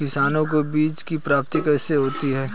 किसानों को बीज की प्राप्ति कैसे होती है?